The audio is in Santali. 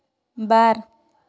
ᱵᱟᱨ